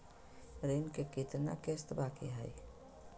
ऋण के कितना किस्त बाकी है?